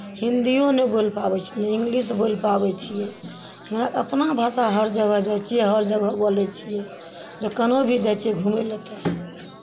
हिन्दीओ नहि बोलि पाबै छियै नहि इंग्लिश बोलि पाबै छियै हम्मे अपना भाषा हर जगह जाइ छियै हर जगह बोलै छियै जे कनो भी जाइ छियै घूमय लेल तऽ